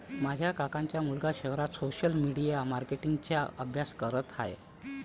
माझ्या काकांचा मुलगा शहरात सोशल मीडिया मार्केटिंग चा अभ्यास करत आहे